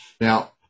Now